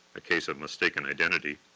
a case of mistaken identity.